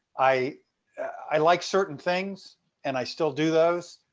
i i like certain things and i still do those.